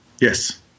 Yes